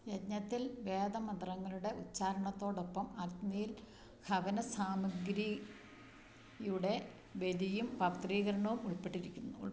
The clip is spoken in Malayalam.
യജ്ഞത്തിൽ വേദമന്ത്രങ്ങളുടെ ഉച്ചാരണത്തോടൊപ്പം അഗ്നിയിൽ ഭവന സാമഗ്രിയുടെ ബലിയും പവിത്രീകരണവും ഉൾപ്പെട്ടിരിക്കിന്നു